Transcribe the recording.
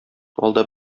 алда